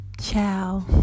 ciao